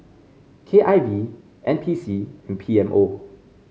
K I V N P C and P M O